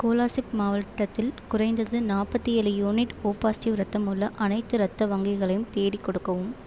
கோலாசிப் மாவட்டத்தில் குறைந்தது நாற்பத்தி ஏழு யூனிட் ஓ பாசிட்டிவ் ரத்தம் உள்ள அனைத்து ரத்த வங்கிகளையும் தேடிக் கொடுக்கவும்